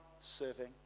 serving